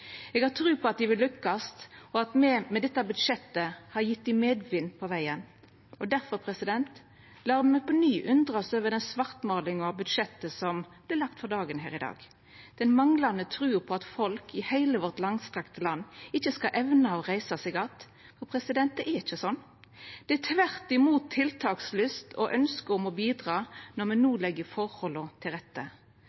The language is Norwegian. Eg har tru på at me vil lukkast, og at me med dette budsjettet har gjeve dei medvind på vegen. Difor lèt eg meg på ny undrast over den svartmålinga av budsjettet som vert lagd for dagen her i dag, den manglande trua på at folk i heile vårt langstrekte land ikkje skal evna å reisa seg att. Det er ikkje slik. Det er tvert imot tiltakslyst og ynske om å bidra når me no